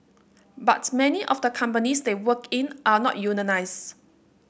but many of the companies they work in are not unionised